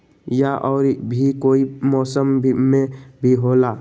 या और भी कोई मौसम मे भी होला?